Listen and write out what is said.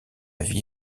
vie